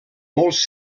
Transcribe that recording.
molts